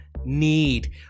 need